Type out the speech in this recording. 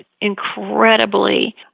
incredibly